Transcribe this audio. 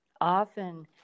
often